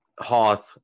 Hoth